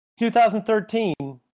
2013